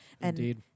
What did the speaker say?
Indeed